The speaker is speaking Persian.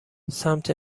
سمت